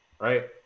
Right